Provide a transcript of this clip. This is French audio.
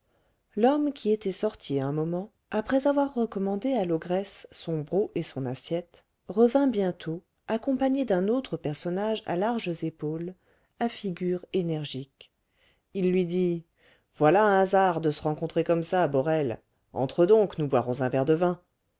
l'homme qui était sorti un moment après avoir recommandé à l'ogresse son broc et son assiette revint bientôt accompagné d'un autre personnage à larges épaules à figure énergique il lui dit voilà un hasard de se rencontrer comme ça borel entre donc nous boirons un verre de vin